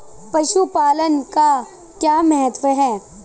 पशुपालन का क्या महत्व है?